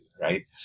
right